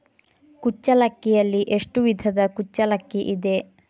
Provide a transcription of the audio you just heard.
ಕುಚ್ಚಲಕ್ಕಿಯಲ್ಲಿ ಎಷ್ಟು ವಿಧದ ಕುಚ್ಚಲಕ್ಕಿ ಇದೆ?